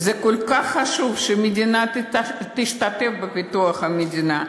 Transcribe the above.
וזה כל כך חשוב שהמדינה תשתתף בפיתוח שלה.